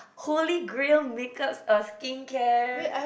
holy grail make us a skincare